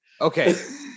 Okay